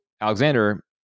Alexander